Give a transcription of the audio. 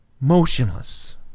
motionless